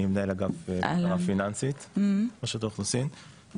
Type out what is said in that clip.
אני מנהל אגף בקרה פיננסית ברשות האוכלוסין,